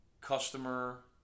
customer